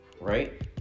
Right